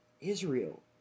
Israel